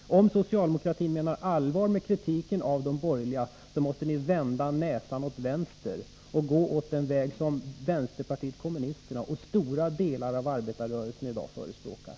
Om socialdemokraterna menar allvar med kritiken av de borgerliga, måste socialdemokraterna vända näsan åt vänster och följa den väg som vänsterpartiet kommunisterna och stora delar av arbetarrörelsen i dag förespråkar.